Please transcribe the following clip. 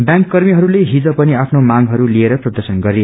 bank कर्मीहरूले जि पनि आफ्नो मांगहरू लिएर प्रर्दशन गरे